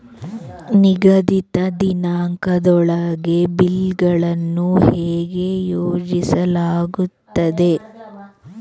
ನಿಗದಿತ ದಿನಾಂಕದೊಳಗೆ ಬಿಲ್ ಗಳನ್ನು ಹೇಗೆ ಆಯೋಜಿಸಲಾಗುತ್ತದೆ?